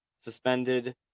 suspended